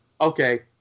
okay